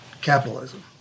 capitalism